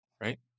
right